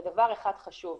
דבר אחד חשוב,